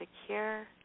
secure